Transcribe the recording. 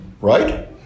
Right